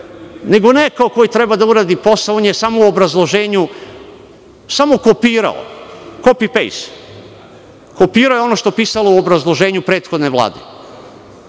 nego nekog ko je trebalo da uradi posao, on je samo u obrazloženju kopirao, kopi-pejst, kopirao je ono što je pisalo u obrazloženju prethodne Vlade. Kada